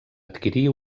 adquirir